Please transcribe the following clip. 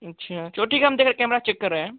अच्छा चोटी कैम ते का कैमरा चेक कर रहे हैं